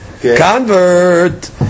convert